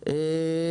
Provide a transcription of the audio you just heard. לסיכום.